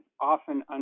often